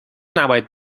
نباید